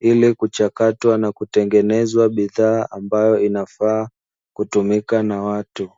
ili kuchakatwa na kutengenezwa bidhaa ambayo inafaa kutumika na watu.